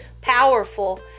powerful